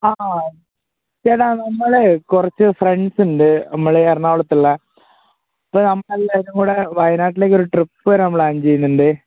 ആ ചേട്ടാ നമ്മുടെ കുറച്ച് ഫ്രെണ്ട്സുണ്ട് നമ്മളീ എറണാകുളത്തുള്ളത് അപ്പോള് നമ്മളെല്ലാവരും കൂടെ വയനാട്ടിലേക്കൊരു ട്രിപ്പ് വരാൻ പ്ലാൻ ചെയ്യുന്നുണ്ട്